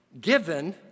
given